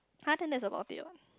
!huh! then that's about what